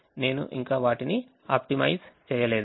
నేను ఇంకా వాటిని ఆప్టిమైజ్ చేయలేదు